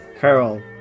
Carol